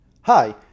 Hi